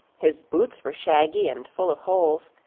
his boots were shaggy and full of holes,